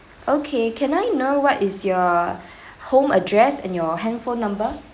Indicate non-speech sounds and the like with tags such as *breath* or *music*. okay can I know what is your *breath* home address and your handphone number